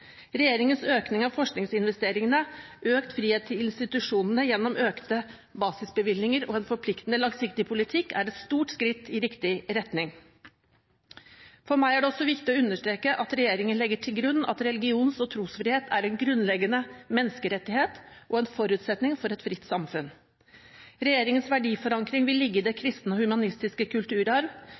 Regjeringens økning av forskningsinvesteringene, økt frihet til institusjonene gjennom økte basisbevilgninger og en forpliktende langsiktig politikk er et stort skritt i riktig retning. For meg er det også viktig å understreke at regjeringen legger til grunn at religions- og trosfrihet er en grunnleggende menneskerettighet og en forutsetning for et fritt samfunn. Regjeringens verdiforankring vil ligge i den kristne og humanistiske kulturarv.